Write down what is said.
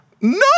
No